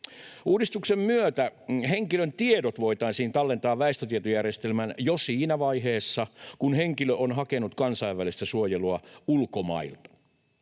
Uudistuksen myötä henkilön tiedot voitaisiin tallentaa väestötietojärjestelmään jo siinä vaiheessa, kun henkilö on hakenut kansainvälistä suojelua ulkomailta.